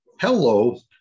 Hello